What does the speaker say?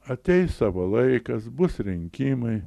ateis savo laikas bus rinkimai